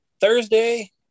thursday